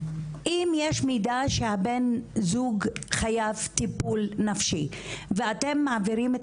אם יש מידע שבן הזוג חייב טיפול נפשי ואתם מעבירים את